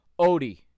Odie